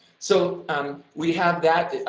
so um we have that,